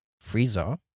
freezer